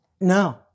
no